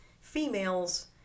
females